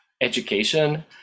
education